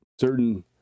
certain